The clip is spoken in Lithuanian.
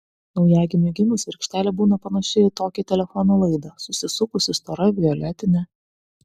naujagimiui gimus virkštelė būna panaši į tokį telefono laidą susisukusi stora violetinė